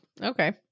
Okay